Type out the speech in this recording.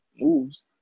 moves